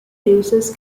users